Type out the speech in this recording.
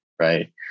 right